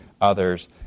others